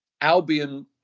Albion